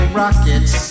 rockets